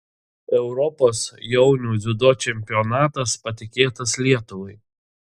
europos jaunių dziudo čempionatas patikėtas lietuvai